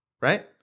right